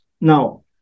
Now